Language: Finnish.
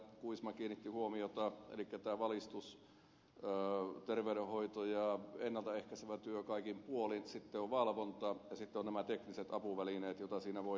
kuisma kiinnitti huomiota elikkä valistus terveydenhoito ja ennalta ehkäisevä työ kaikin puolin sitten on valvonta ja sitten ovat nämä tekniset apuvälineet joita siinä voidaan käyttää